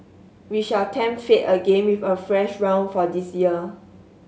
we shall tempt fate again with a fresh round for this year